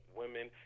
women